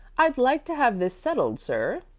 i'd like to have this settled, sir,